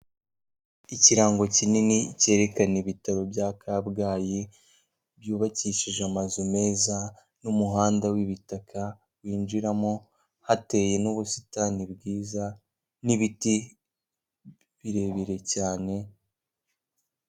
Ikirango kinini cyerekana ibitaro bya kabgayi byubakishije amazu meza, n'umuhanda w'ibitaka winjiramo hateye n'ubusitani bwiza nibiti birebire cyane.